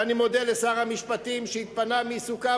ואני מודה לשר המשפטים שהתפנה מעיסוקיו